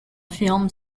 film